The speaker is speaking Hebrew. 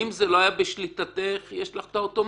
אם זה לא היה בשליטתך, יש לך את האוטומטית.